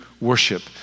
worship